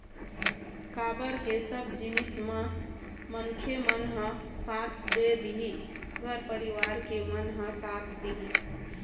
काबर के सब जिनिस म मनखे मन ह साथ दे दिही घर परिवार के मन ह साथ दिही